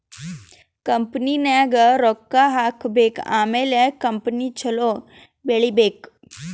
ಕಂಪನಿನಾಗ್ ರೊಕ್ಕಾ ಹಾಕಬೇಕ್ ಆಮ್ಯಾಲ ಕಂಪನಿ ಛಲೋ ಬೆಳೀಬೇಕ್